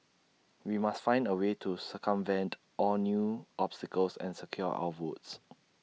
we must find A way to circumvent all new obstacles and secure our votes